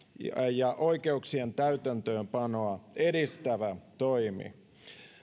ja oikeuksien täytäntöönpanoa edistävä toimi